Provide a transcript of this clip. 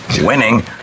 Winning